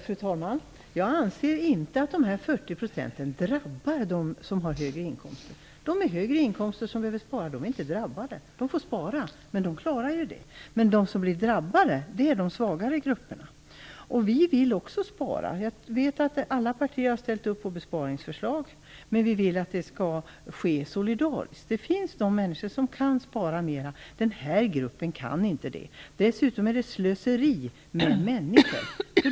Fru talman! Jag anser inte att de 40 procenten drabbar dem med högre inkomster. De med högre inkomster som måste spara är inte drabbade. De får spara, men de klarar det. De som drabbas är de svagare grupperna. Vi vill också spara. Jag vet att alla partier har ställt upp på besparingsförslag. Men vi vill att det skall ske solidariskt. Det finns de människor som kan spara mera. Den här gruppen kan inte det. Dessutom är det slöseri med människor.